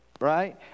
right